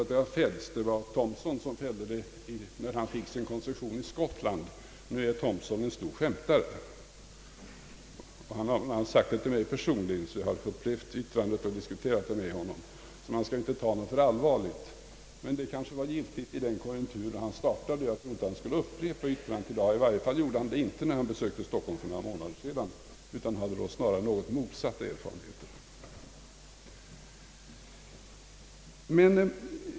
Det var Thompson som fällde det när han fick sin koncession i Skottland. Nu är Thompson en stor skämtare. Han har bl.a. fällt detta yttrande till mig personligen, och jag har alltså haft tillfälle att diskutera det med honom. Man skall inte ta honom för allvarligt. Det kanske var giltigt i den konjunktur han startade. Jag tror inte att han skulle upprepa yttrandet i dag. I varje fall gjorde han det inte när han besökte Stockholm för några månader sedan, utan han hade då snarare andra erfarenheter.